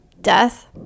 Death